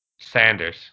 sanders